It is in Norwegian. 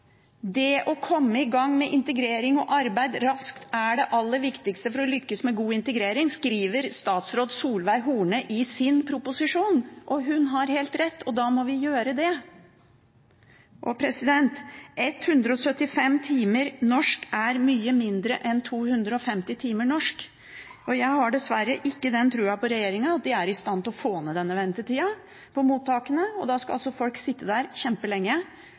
Å komme i gang med integrering og arbeid raskt er det aller viktigste for å lykkes med god integrering, skriver statsråd Solveig Horne i sin proposisjon. Hun har helt rett, og da må vi gjøre det. 175 timer norskopplæring er mye mindre enn 250 timer norskopplæring. Jeg har dessverre ikke tro på at regjeringen er i stand til å få ned denne ventetida på mottakene, og da skal altså folk sitte der